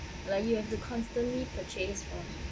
like you have to constantly purchase one